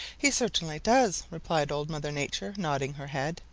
he certainly does, replied old mother nature, nodding her head.